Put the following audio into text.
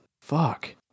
Fuck